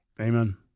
Amen